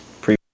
pre